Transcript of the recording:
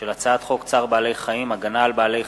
הצעת חוק זכויות נפגעי עבירה (תיקון,